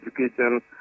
education